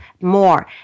more